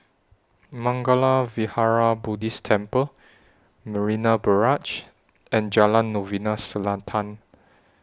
Mangala Vihara Buddhist Temple Marina Barrage and Jalan Novena Selatan